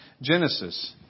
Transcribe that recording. Genesis